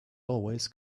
always